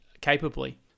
capably